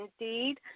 indeed